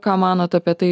ką manot apie tai